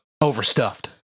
overstuffed